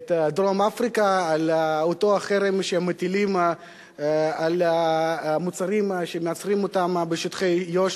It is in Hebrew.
דרום-אפריקה על אותו החרם שהם מטילים על המוצרים שמייצרים בשטחי יו"ש.